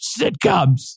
sitcoms